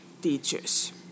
teachers